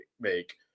make